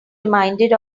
reminded